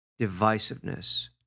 divisiveness